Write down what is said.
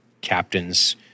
captains